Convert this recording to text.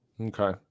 Okay